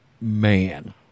man